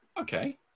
Okay